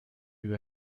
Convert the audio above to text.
you